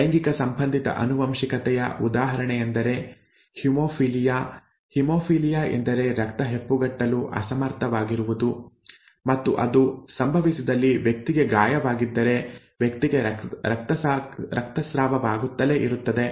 ಲೈಂಗಿಕ ಸಂಬಂಧಿತ ಆನುವಂಶಿಕತೆಯ ಉದಾಹರಣೆಯೆಂದರೆ ಹಿಮೋಫಿಲಿಯಾ ಹಿಮೋಫಿಲಿಯಾ ಎಂದರೆ ರಕ್ತ ಹೆಪ್ಪುಗಟ್ಟಲು ಅಸಮರ್ಥವಾಗಿರುವುದು ಮತ್ತು ಅದು ಸಂಭವಿಸಿದಲ್ಲಿ ವ್ಯಕ್ತಿಗೆ ಗಾಯವಾಗಿದ್ದರೆ ವ್ಯಕ್ತಿಗೆ ರಕ್ತಸ್ರಾವವಾಗುತ್ತಲೇ ಇರುತ್ತದೆ